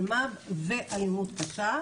אלמ"ב ואלימות קשה.